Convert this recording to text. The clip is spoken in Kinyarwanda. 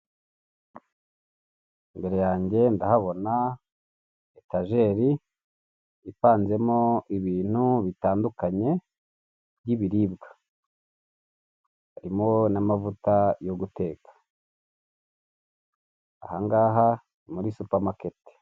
I mbere yanjye ndahabona etajeri, ivanzemo ibintu bitandukanye by'ibiribwa, harimo n'amavuta yo guteka. Ahangaha ni muri supamaketi.